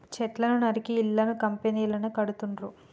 చెట్లను నరికి ఇళ్లను కంపెనీలను కడుతాండ్రు